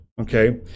Okay